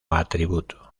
atributo